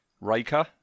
Raker